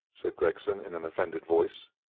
said gregson, in an offended voice.